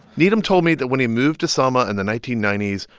needham told me that when he moved to selma in the nineteen ninety s,